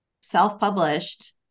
self-published